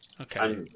Okay